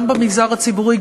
גם במגזר הציבורי,